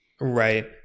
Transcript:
Right